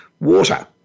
water